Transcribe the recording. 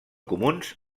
comuns